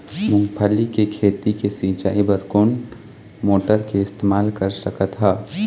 मूंगफली के खेती के सिचाई बर कोन मोटर के इस्तेमाल कर सकत ह?